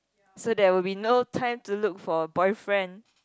so there will be no time to look for a boyfriend